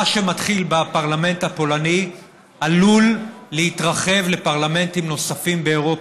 מה שמתחיל בפרלמנט הפולני עלול להתרחב לפרלמנטים נוספים באירופה.